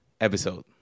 episode